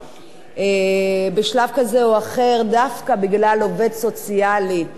דווקא בגלל עובד סוציאלי שהדריך אותו ולקח אותו כפרויקט,